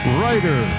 writer